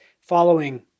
following